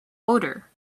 odor